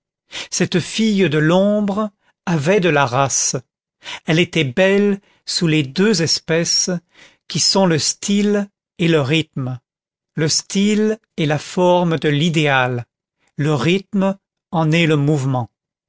cette fille de l'ombre avait de la race elle était belle sous les deux espèces qui sont le style et le rythme le style est la forme de l'idéal le rythme en est le mouvement